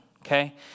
okay